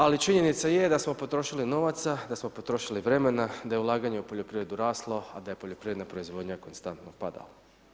Ali činjenica je da smo potrošili novaca, da smo potrošili vremena, da je ulaganje u poljoprivredu raslo, a da je poljoprivredna proizvodnja konstantno padala.